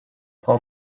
frau